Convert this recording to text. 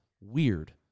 weird